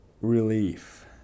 Relief